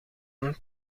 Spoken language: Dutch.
een